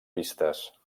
vistes